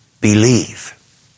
believe